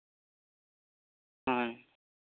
ᱦᱮᱸ